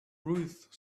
ruth